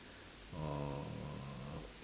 or